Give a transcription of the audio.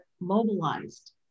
mobilized